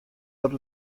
dat